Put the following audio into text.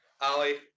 Ali